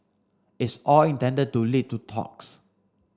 it's all intended to lead to talks